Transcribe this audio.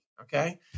okay